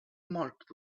marked